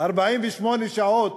48 שעות